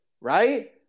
right